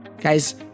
Guys